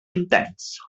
intens